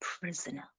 prisoner